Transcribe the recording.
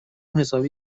حسابی